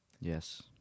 Yes